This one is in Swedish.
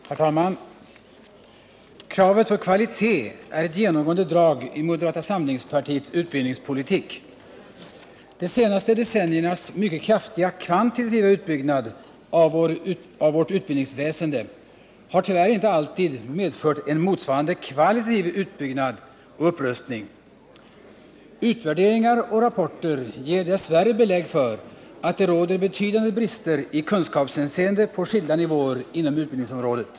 Herr talman! Kravet på kvalitet är ett genomgående drag i moderata samlingspartiets utbildningspolitik. De senaste decenniernas mycket kraftiga kvantitativa utbyggnad av vårt utbildningsväsende har tyvärr inte alltid medfört en motsvarande kvalitativ utbyggnad och upprustning. Utvärderingar och rapporter ger dess värre belägg för att det råder betydande brister i kunskapshänseende på skilda nivåer inom utbildningsområdet.